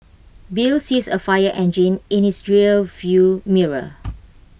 bill sees A fire engine in his rear view mirror